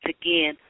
again